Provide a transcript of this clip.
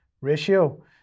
ratio